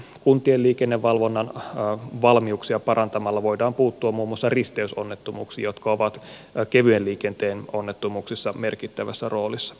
kuntien liiken nevalvonnan valmiuksia parantamalla voidaan puuttua muun muassa risteysonnettomuuksiin jotka ovat kevyen liikenteen onnettomuuksissa merkittävässä roolissa